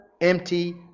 empty